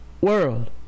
World